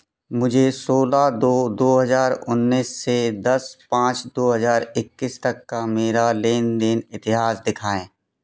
मुझे सोलह दो दो हज़ार उन्नीस से दस पाँच दो हज़ार इक्कीस तक का मेरा लेन देन इतिहास दिखाएँ